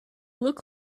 look